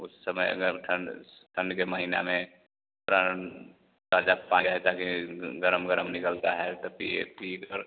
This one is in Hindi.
उस समय अगर ठंड ठंड के महीना में थोड़ा ताज़ा पानी रहे ताकि गर्म गर्म निकलता है तो पिए पीकर